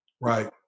Right